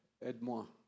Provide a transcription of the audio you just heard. aide-moi